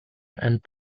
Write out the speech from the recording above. and